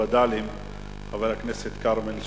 חבר הכנסת כרמל שאמה,